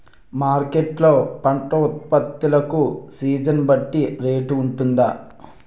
Market లొ పంట ఉత్పత్తి లకు సీజన్ బట్టి రేట్ వుంటుందా?